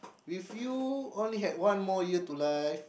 with you only have one more year to learn